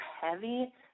heavy